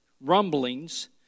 rumblings